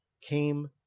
came